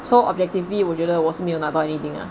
so objectively 我觉得我是没有拿到 anything ah